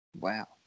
Wow